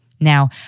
Now